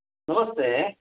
नमस्ते